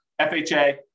FHA